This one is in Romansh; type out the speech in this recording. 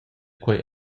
quei